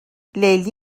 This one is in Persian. لیلی